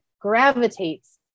gravitates